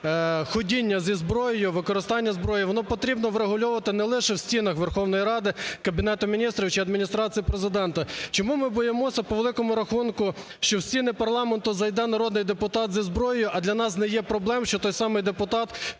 ходіння зі зброєю, використання зброї, воно потрібно врегульовувати не лише в стінах Верховної Ради, Кабінету Міністрів чи Адміністрації Президента. Чому ми боїмося, по великому рахунку, що в стіни парламенту зайде народний депутат зі зброєю, а для нас не є проблем, що той самий депутат